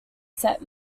set